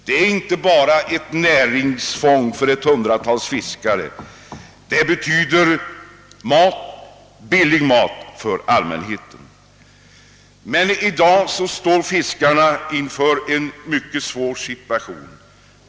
Det är inte bara fråga om ett näringsfång för ett hundratal fiskare — det betyder billig mat för allmänheten. Men i dag står fiskarna i en mycket svår situation.